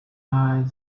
eye